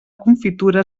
confitura